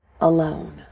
alone